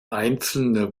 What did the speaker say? einzelne